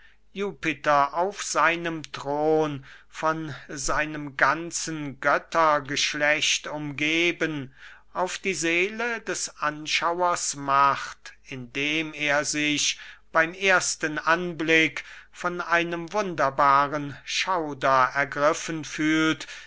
jupiter auf seinem thron von seinem ganzen göttergeschlecht umgeben auf die seele des anschauers macht indem er sich beym ersten anblick von einem wunderbaren schauder ergriffen fühlt